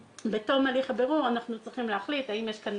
בתום הליך הבירור אנחנו צריכים להחליט האם יש כאן